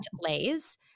Lay's